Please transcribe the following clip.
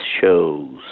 shows